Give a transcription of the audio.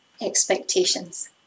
expectations